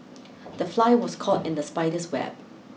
the fly was caught in the spider's web